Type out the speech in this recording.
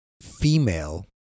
female